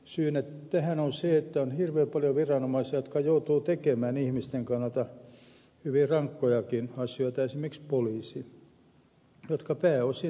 syynä tähän on se että on hirveän paljon viranomaisia esimerkiksi poliisi jotka joutuvat tekemään ihmisten kannalta hyvin rankkojakin asioita ja jotka pääosin tekevät niitä laillisesti